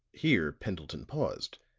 here pendleton paused,